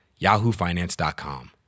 yahoofinance.com